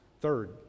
Third